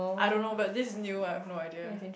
I don't know but this is new I've no idea